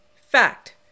Fact